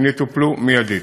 הן יטופלו מייד.